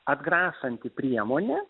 atgrasanti priemonė